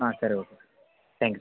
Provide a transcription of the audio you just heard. ಹಾಂ ಸರಿ okay thanks